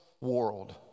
world